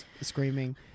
screaming